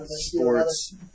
sports